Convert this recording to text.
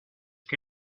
que